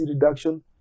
reduction